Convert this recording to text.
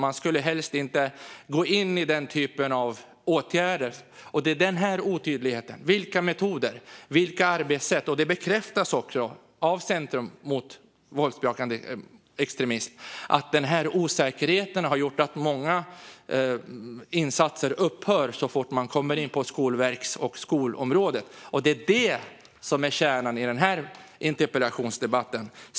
Man skulle helst inte gå in i den typen av åtgärder. Denna otydlighet om metoder och arbetssätt har gjort, vilket också bekräftas av Center mot våldsbejakande extremism, att många insatser upphör så fort man kommer in på Skolverks och skolområdet. Det är det som är kärnan i den här interpellationsdebatten.